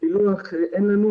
פילוח אין לנו,